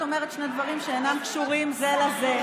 את אומרת שני דברים שאינם קשורים זה לזה.